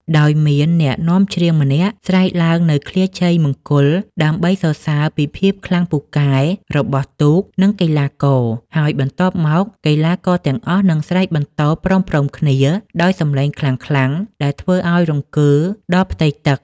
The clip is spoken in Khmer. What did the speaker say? ដោយមានអ្នកនាំច្រៀងម្នាក់ស្រែកឡើងនូវឃ្លាជ័យមង្គលដើម្បីសរសើរពីភាពខ្លាំងពូកែរបស់ទូក និងកីឡាករ ហើយបន្ទាប់មកកីឡាករទាំងអស់នឹងស្រែកបន្ទរព្រមៗគ្នាដោយសំឡេងខ្លាំងៗដែលធ្វើឱ្យរង្គើដល់ផ្ទៃទឹក។